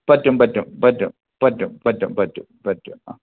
പറ്റും പറ്റും പറ്റും പറ്റും പറ്റും പറ്റും പറ്റും ആ